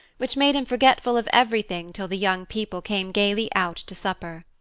which made him forgetful of everything till the young people came gaily out to supper.